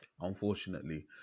unfortunately